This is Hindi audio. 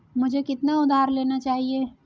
मुझे कितना उधार लेना चाहिए?